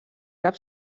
cap